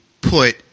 put